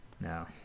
no